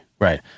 right